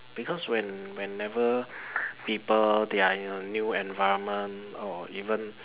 because when whenever people they are in a new environment or even